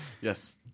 Yes